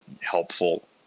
helpful